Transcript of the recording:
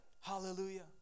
Hallelujah